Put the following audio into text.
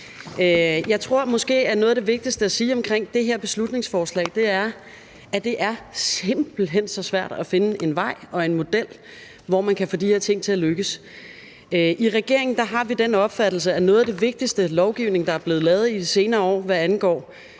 Jeg tror måske, at noget af det vigtigste at sige om det her beslutningsforslag er, at det simpelt hen er så svært at finde en vej og en model, hvor man kan få de her ting til at lykkes. I regeringen har vi den opfattelse, at noget af det vigtigste lovgivning, der er blevet lavet i de senere år, hvad angår